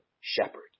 shepherd